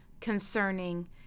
concerning